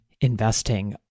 investing